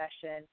Session